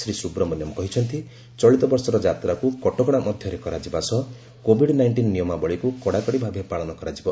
ଶ୍ରୀ ସୁବ୍ରମଣ୍ୟମ୍ କହିଛନ୍ତି ଚଳିତ ବର୍ଷର ଯାତ୍ରାକୁ କଟକଣା ମଧ୍ୟରେ କରାଯିବା ସହ କୋଭିଡ୍ ନାଇଷ୍ଟିନ୍ ନିୟମାବଳୀକୁ କଡ଼ାକଡ଼ି ଭାବେ ପାଳନ କରାଯିବ